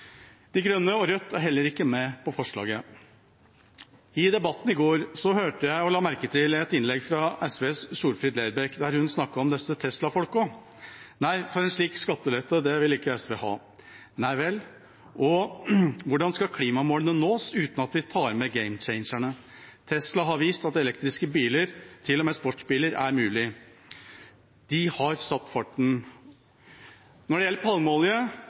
De Grønne og Rødt er heller ikke med på forslaget. I debatten i går hørte jeg på og la merke til et innlegg fra SVs Solfrid Lerbekk, der hun snakket om disse Tesla-folka. Nei, for en slik skattelette vil ikke SV ha. Nei vel, og hvordan skal klimamålene nås uten at vi tar med gamechangerne? Tesla har vist at elektriske biler, til og med sportsbiler, er mulig. De har satt farten. Når det gjelder palmeolje,